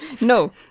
No